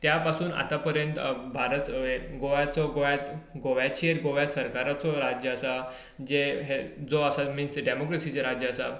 त्या पासून आतां पर्यंत भारत गोंयचो गोव्याचेर गोवा सरकाराचो राज्य आसा जें जो आसा मिन्स डेमोक्रेसीचो राज्य आसा